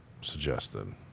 suggested